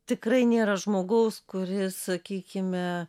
tikrai nėra žmogaus kuris sakykime